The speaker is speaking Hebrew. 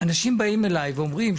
אנשים באים אלי ואומרים,